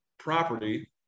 property